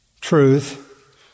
truth